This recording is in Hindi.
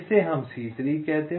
इसे हम C3 कहते हैं